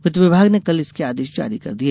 वित्त विभाग ने कल इसके आदेश जारी कर दिए